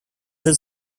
have